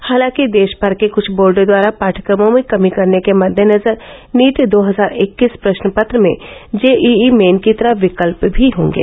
हालाँकि देश भर के कुछ बोर्डो द्वारा पाठ्यक्रमों में कमी करने के मद्देनजर नीट दो हजार इक्कीस प्रश्न पत्र में जेईई मेन की तरह विकल्प भी होंगे